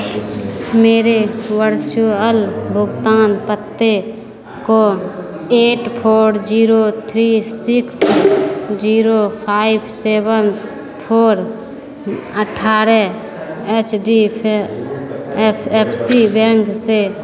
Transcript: मेरे वर्चुअल भुगतान पते को eight four zero three six zero five seven four अठारह एच डी से एस एफ सी बैंक से